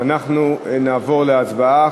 ואנחנו נעבור להצבעה.